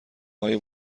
های